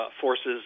forces